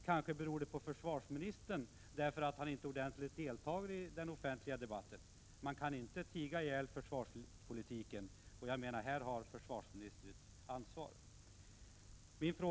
Kanske beror det på försvarsministern att debatterna blir sådana — därför att han inte deltar ordentligt i den offentliga debatten. Man kan inte tiga ihjäl försvarspolitiken, och jag anser att försvarsministern har ett ansvar på detta område.